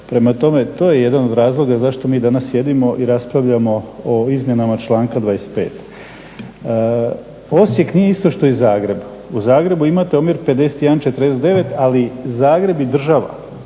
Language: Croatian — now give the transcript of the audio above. prema tome to je jedan od razloga zašto mi danas sjedimo i raspravljamo o izmjenama članka 25. Osijek nije isto što i Zagreb, u Zagrebu imate omjer 51:49, ali Zagreb i država,